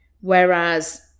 Whereas